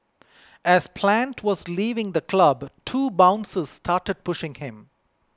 as Plant was leaving the club two bouncers started pushing him